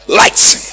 lights